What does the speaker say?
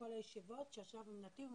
בכל הישיבות שהוא ישב עם 'נתיב',